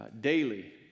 daily